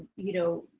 you know,